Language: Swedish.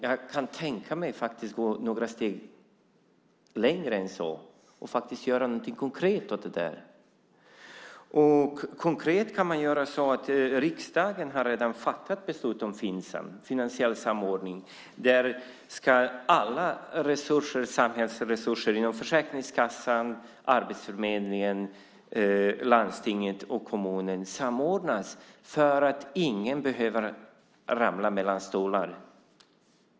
Jag kan tänka mig att gå några steg längre än så och göra någonting konkret åt det. Riksdagen har redan fattat beslut om Finsam, finansiell samordning. Alla samhällsresurser från Försäkringskassan, arbetsförmedlingen, landstinget och kommunen ska samordnas så att ingen ska behöva hamna mellan stolarna.